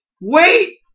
wait